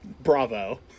bravo